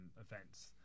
events